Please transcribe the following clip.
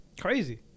Crazy